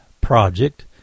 project